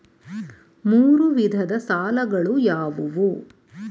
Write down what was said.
ಮೂರು ವಿಧದ ಸಾಲಗಳು ಯಾವುವು?